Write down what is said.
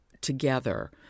together